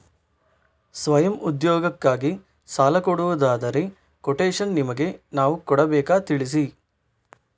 ಸ್ವಯಂ ಉದ್ಯೋಗಕ್ಕಾಗಿ ಸಾಲ ಕೊಡುವುದಾದರೆ ಕೊಟೇಶನ್ ನಿಮಗೆ ನಾವು ಕೊಡಬೇಕಾ ತಿಳಿಸಿ?